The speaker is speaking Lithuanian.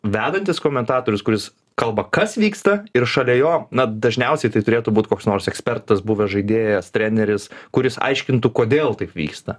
vedantis komentatorius kuris kalba kas vyksta ir šalia jo na dažniausiai tai turėtų būt koks nors ekspertas buvęs žaidėjas treneris kuris aiškintų kodėl taip vyksta